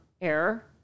error